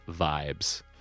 vibes